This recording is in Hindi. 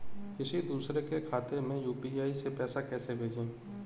किसी दूसरे के खाते में यू.पी.आई से पैसा कैसे भेजें?